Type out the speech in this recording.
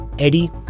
Eddie